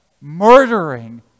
Murdering